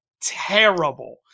terrible